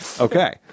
Okay